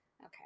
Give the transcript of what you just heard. Okay